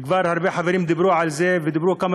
וכבר הרבה חברים דיברו על זה ואמרו כמה